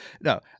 No